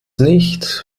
nicht